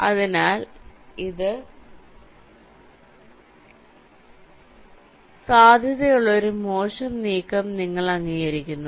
അതിനാൽ ഇത് സാധ്യതയുള്ള ഒരു മോശം നീക്കം നിങ്ങൾ അംഗീകരിക്കുന്നു